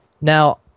now